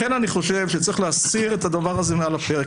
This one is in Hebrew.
לכן, אני חושב שצריך להסיר את הדבר הזה מעל הפרק.